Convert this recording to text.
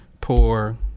poor